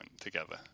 together